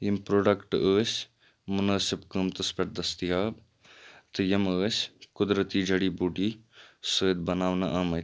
یِم پرٛوڈَکٹہٕ ٲسۍ منٲسب قٕمتَس پٮ۪ٹھ دستیاب تہٕ یِم ٲسۍ قدرتی جٔڈِی بوٗٹی سۭتۍ بَناونہٕ آمٕتۍ